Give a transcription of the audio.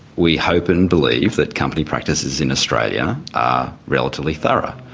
we hope and believe that company practices in australia are relatively thorough.